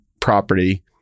property